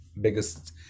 biggest